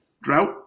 drought